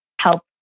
help